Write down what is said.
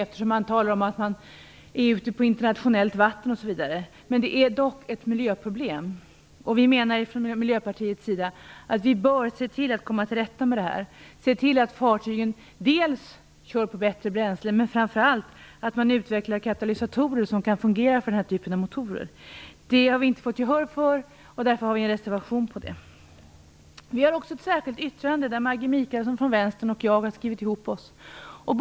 Fartygen är ju ofta ute på internationellt vatten osv. Det är dock ett miljöproblem, som vi i Miljöpartiet menar att man bör se till att komma till rätta med. Man bör se till att fartygen använder sig av bättre bränsle och framför allt se till att utveckla katalysatorer som kan fungera för den här typen av motorer. Vi har inte fått gehör för detta och har därför en reservation som berör frågan. Det finns också ett särskilt yttrande där Maggi Mikaelsson från Vänsterpartiet och jag har skrivit oss samman.